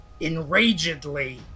enragedly